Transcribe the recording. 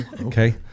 okay